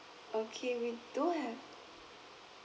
okay we do have